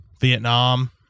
Vietnam